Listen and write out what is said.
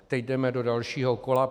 Teď jdeme do dalšího kola.